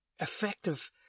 effective